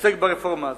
עוסק ברפורמה הזאת,